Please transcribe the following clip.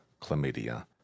chlamydia